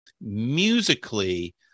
Musically